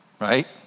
right